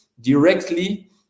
directly